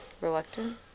Reluctant